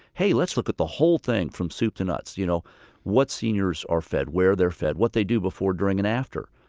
let's look at the whole thing, from soup to nuts you know what seniors are fed where they're fed what they do before, during and after.